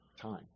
time